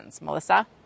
Melissa